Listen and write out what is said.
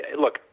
look